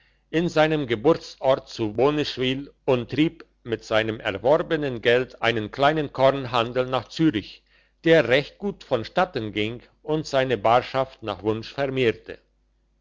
in seinem geburtsort zu boneschwyl und trieb mit seinem erworbenen geld einen kleinen kornhandel nach zürich der recht gut vonstatten ging und seine barschaft nach wunsch vermehrte